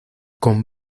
con